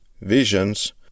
visions